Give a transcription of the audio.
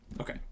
Okay